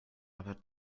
aber